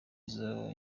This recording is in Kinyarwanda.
izo